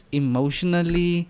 emotionally